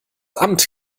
amt